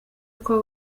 kwa